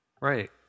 Right